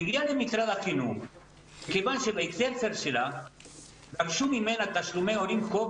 שהגיעה למשרד החינוך כיוון שבית הספר ביקש ממנה לשלם חוב